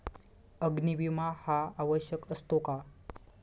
अग्नी विमा हा आवश्यक असतो का?